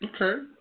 Okay